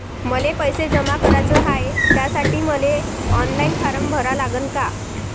मले पैसे जमा कराच हाय, त्यासाठी मले ऑनलाईन फारम भरा लागन का?